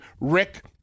Rick